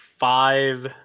five